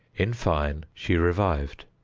in fine, she revived.